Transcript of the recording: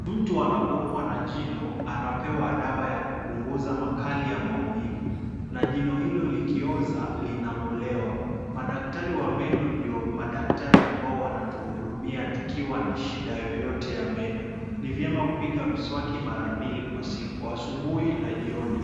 Mtu anapoumwa na jino, anapewa dawa ya kupunguza makali ya maumivu na jino hilo likioza, linang’olewa. Madaktari wa meno ndio madaktari ambao wanatuhudumia tukiwa na shida yoyote ya meno. Ni vyema kupiga mswaki mara mbili kwa siku, asubuhi na jioni.